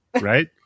Right